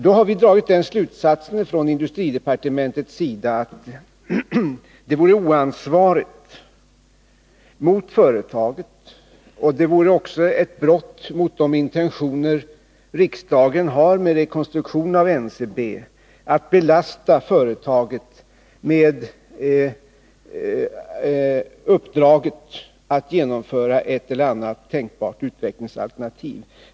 Då har vi inom industridepartementet dragit slutsatsen att det vore oansvarigt mot företaget och också ett brott mot de intentioner riksdagen har med rekonstruktionen av NCB att belasta företaget med uppdraget att genomföra ett eller annat tänkbart utvecklingsalternativ.